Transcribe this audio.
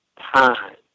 time